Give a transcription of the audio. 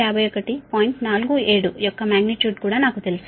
47 యొక్క మాగ్నిట్యూడ్ కూడా నాకు తెలుసు